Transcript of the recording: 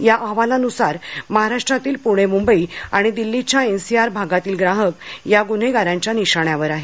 या अहवालानुसार महाराष्ट्रातील पुणे मुंबई आणि दिल्लीच्या एन सी आर भागातील ग्राहकांना या गुन्हेगारांच्या निशाण्यावर आहेत